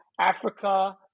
Africa